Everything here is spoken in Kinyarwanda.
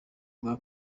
bwa